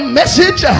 message